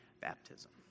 baptism